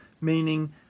meaning